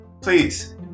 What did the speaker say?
please